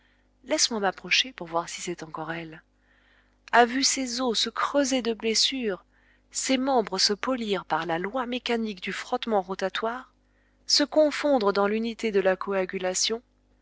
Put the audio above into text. elle a vu ses os se creuser de blessures ses membres se polir par la loi mécanique du frottement rotatoire se confondre dans l'unité de la coagulation